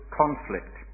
conflict